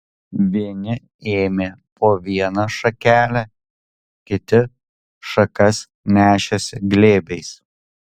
vieni ėmė po vieną šakelę kiti šakas nešėsi glėbiais